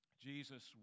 Jesus